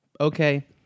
okay